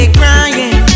crying